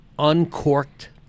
Uncorked